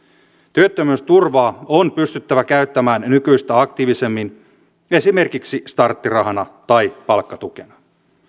työttömyysturvaa on pystyttävä käyttämään nykyistä aktiivisemmin esimerkiksi starttirahana tai palkkatukena